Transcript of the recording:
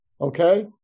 Okay